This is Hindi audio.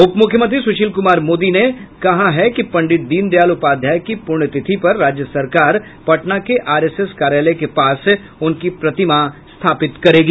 उप मुख्यमंत्री सुशील कुमार मोदी ने कहा है कि पंडित दीनदयाल उपाध्याय की पुण्यतिथि पर राज्य सरकार पटना के आरएसएस कार्यालय के पास उनकी प्रतिमा स्थापित करेगी